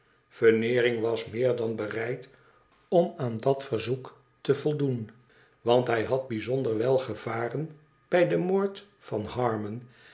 veneering was meer dan bereid om aan dat verzoek te voldoen want hij had bijzonder wel gevaren bij den moord van harmon